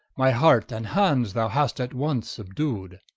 my heart and hands thou hast at once subdu'd.